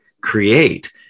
create